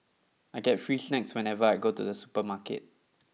I get free snacks whenever I go to the supermarket